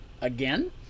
again